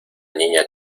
niña